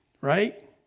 right